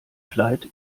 kleid